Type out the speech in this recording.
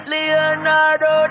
Leonardo